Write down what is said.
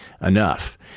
enough